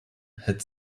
had